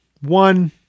One